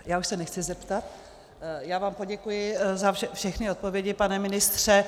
Už se nechci zeptat, já vám poděkuji za všechny odpovědi, pane ministře.